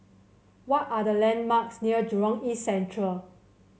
what are the landmarks near Jurong East Central